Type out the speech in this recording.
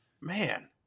man